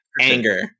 Anger